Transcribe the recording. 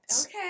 Okay